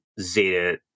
Zeta